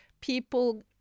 People